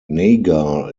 nagar